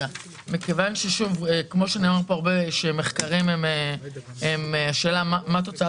מכיוון שכפי שנאמר כאן הרבה השאלה היא מה תוצאת